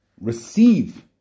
receive